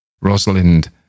Rosalind